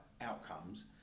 outcomes